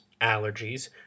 allergies